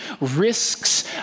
risks